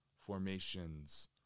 formations